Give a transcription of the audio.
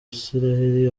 isiraheli